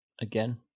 again